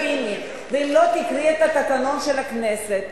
תחקרו את ההתנהלות של ליברמן.